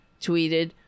tweeted